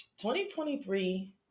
2023